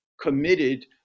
committed